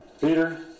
Peter